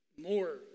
More